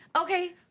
okay